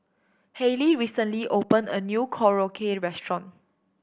Hailey recently opened a new Korokke Restaurant